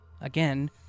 again